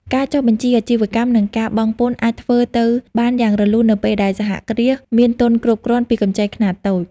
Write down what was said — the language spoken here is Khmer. ការចុះបញ្ជីអាជីវកម្ម និងការបង់ពន្ធអាចធ្វើទៅបានយ៉ាងរលូន នៅពេលដែលសហគ្រាសមានទុនគ្រប់គ្រាន់ពីកម្ចីខ្នាតតូច។